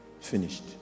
finished